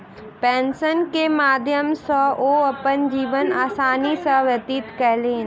pension के माध्यम सॅ ओ अपन जीवन आसानी सॅ व्यतीत कयलैन